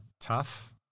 tough